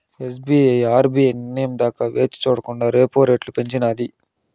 SBI RBI నిర్నయం దాకా వేచిచూడకండా రెపో రెట్లు పెంచినాది